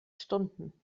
stunden